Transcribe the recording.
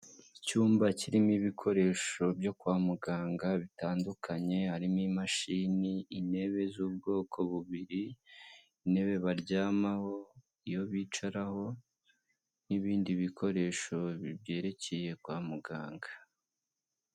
Icyumba kirimo ibikoresho byo kwa muganga bitandukanye harimo imashini, intebe z'ubwoko bubiri, intebe baryamaho iyo bicaraho n'ibindi bikoresho byerekeye kwa muganga.